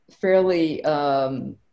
fairly